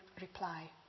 reply